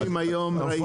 שוטרים היום ראיתי.